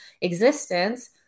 existence